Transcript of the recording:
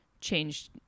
changed